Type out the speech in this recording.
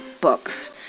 books